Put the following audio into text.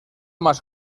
más